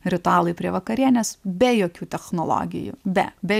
ritualai prie vakarienės be jokių technologijų be be